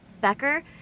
becker